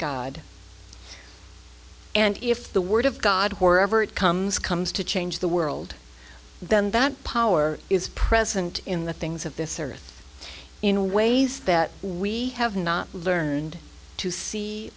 god and if the word of god where ever it comes comes to change the world then that power is present in the things of this earth in ways that we have not learned to see